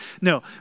No